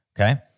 okay